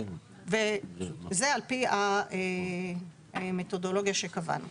וזה על פי המתודולוגיה שקבענו.